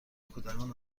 کودکان